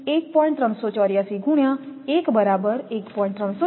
384 છે r એ 1 છેતેથી 1